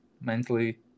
mentally